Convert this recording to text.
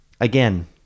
Again